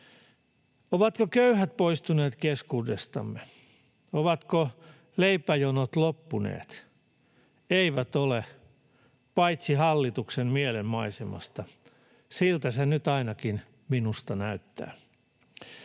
Ovatko köyhät poistuneet keskuudestamme? Ovatko leipäjonot loppuneet? Eivät ole, paitsi hallituksen mielenmaisemasta. Siltä se nyt ainakin minusta näyttää.